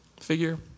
figure